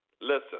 Listen